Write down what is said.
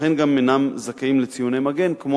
לכן גם אינם זכאים לציוני מגן כמו